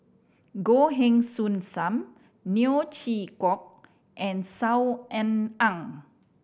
Goh Heng Soon Sam Neo Chwee Kok and Saw Ean Ang